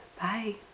bye